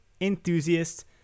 enthusiasts